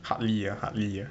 hardly ah hardly ah